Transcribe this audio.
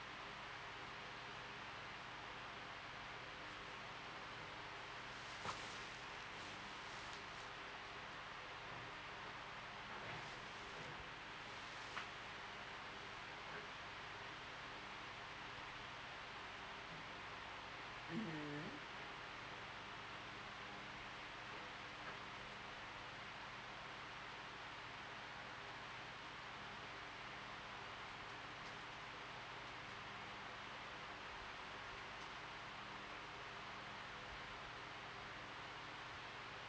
mm